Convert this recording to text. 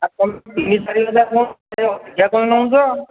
ଆଉ ତୁମେ ତିନି ଚାରି ହଜାର ନେଉଛ ଅଧିକା କ'ଣ ନେଉଛ